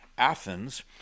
Athens